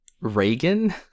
Reagan